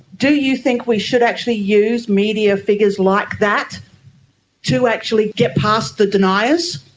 do you think we should actually use media figures like that to actually get past the deniers?